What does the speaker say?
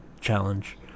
Challenge